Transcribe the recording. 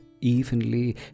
evenly